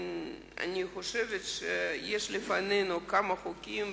אני חושבת שיש לפנינו כמה חוקים,